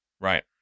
Right